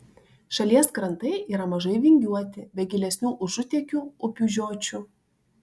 šalies krantai yra mažai vingiuoti be gilesnių užutėkių upių žiočių